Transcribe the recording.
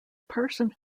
person